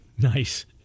Nice